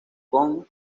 kong